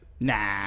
Nah